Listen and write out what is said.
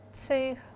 two